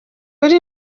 iri